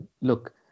look